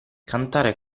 cantare